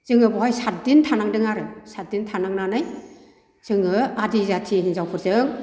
जोङो बेहाय साथदिन थांनांदों आरो साथदिन थानांनानै जोङो आदि जाथि हिन्जावफोरजों